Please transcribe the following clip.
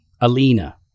Alina